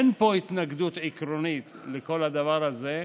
אין פה התנגדות עקרונית לכל הדבר הזה,